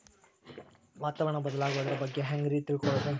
ವಾತಾವರಣ ಬದಲಾಗೊದ್ರ ಬಗ್ಗೆ ಹ್ಯಾಂಗ್ ರೇ ತಿಳ್ಕೊಳೋದು?